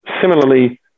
Similarly